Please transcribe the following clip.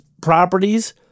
properties